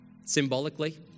symbolically